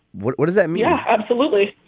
what what does that mean? absolutely